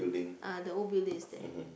uh the old building is there